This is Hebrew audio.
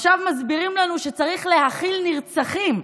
עכשיו מסבירים לנו שצריך להכיל נרצחים,